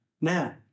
Now